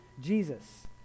Jesus